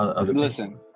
listen